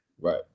Right